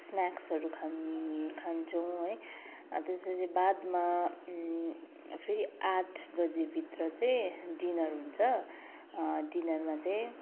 स्न्याक्सहरू खान् खान्छौँ है त्यसपछि बादमा फेरि आठ बजीभित्र चाहिँ डिनर हुन्छ डिनरमा चाहिँ